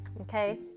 okay